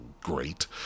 great